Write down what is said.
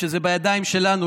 כשזה בידיים שלנו,